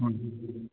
ꯍꯣꯏ